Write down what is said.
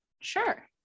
Sure